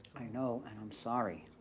i know, and i'm sorry,